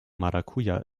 maracuja